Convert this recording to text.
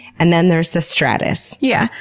and then there's the stratus. yeah,